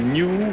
new